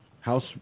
House